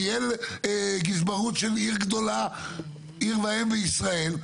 ניהול גזברות של עיר גדולה עיר ואם בישראל,